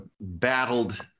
battled